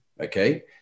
okay